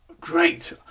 great